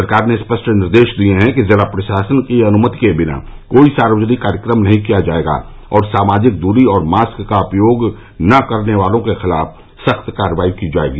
सरकार ने स्पष्ट निर्देश दिए हैं कि जिला प्रशासन की अनुमति के बिना कोई सार्वजनिक कार्यक्रम नहीं किया जाएगा और सामाजिक दूरी और मास्क का उपयोग नहीं करने वालों के ख़िलाफ़ सख़्त कार्रवाई की जाएगी